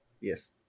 Yes